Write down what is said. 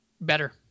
better